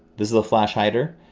this is the flash hider,